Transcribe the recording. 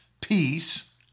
peace